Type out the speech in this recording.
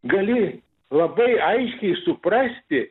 gali labai aiškiai suprasti